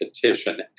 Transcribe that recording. petition